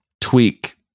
tweak